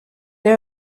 they